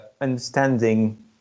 understanding